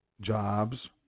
jobs